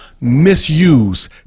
misuse